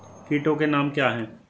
कीटों के नाम क्या हैं?